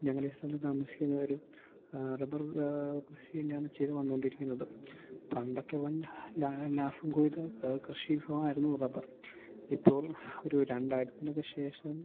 ഞങ്ങളുടെ സ്ഥലത്ത് താമസിക്കുന്നവരും റബ്ബറും കൃഷിയും ഞങ്ങൾ ചെയ്തു വന്നുകൊണ്ടിരിക്കുന്നത് പണ്ടൊക്കെ വൻ ലാഭം കൊയ്ത കൃഷിവിഭവമായിരുന്നു റബ്ബർ ഇപ്പോൾ ഒരു രണ്ടായിരത്തിനൊക്കെ ശേഷം